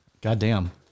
Goddamn